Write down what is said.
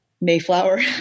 Mayflower